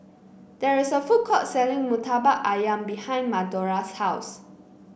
there is a food court selling Murtabak ayam behind Madora's house